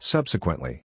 Subsequently